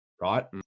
Right